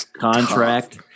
contract